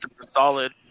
Solid